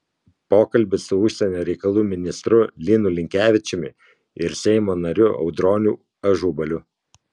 pokalbis su užsienio reikalų ministru linu linkevičiumi ir seimo nariu audroniu ažubaliu